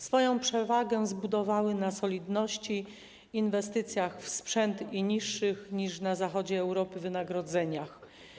Swoją przewagę zbudowały na solidności, inwestycjach w sprzęt i niższych niż na zachodzie Europy wynagrodzeniach.